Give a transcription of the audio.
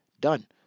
Done